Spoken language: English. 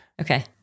Okay